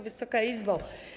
Wysoka Izbo!